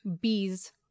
bees